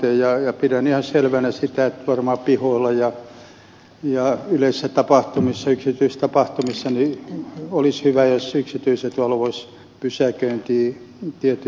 pidän ihan selvänä sitä että varmaan pihoilla ja yleisissä tapahtumissa yksityistapahtumissa olisi hyvä jos yksityiset valvoisivat pysäköintiä tietyn säännöstön mukaan